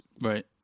Right